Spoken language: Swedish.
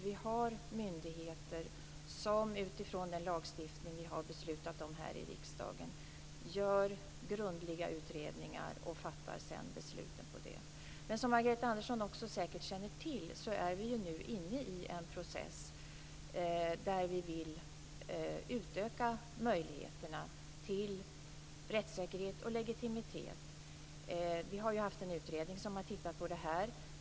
Vi har myndigheter som utifrån den lagstiftning som vi har beslutat om här i riksdagen gör grundliga utredningar och fattar sina beslut därefter. Som Margareta Andersson säkert känner till är vi nu inne i en process där vi vill utöka möjligheterna till rättssäkerhet och legitimitet. Vi har haft en utredning som har tittat på detta.